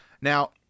Now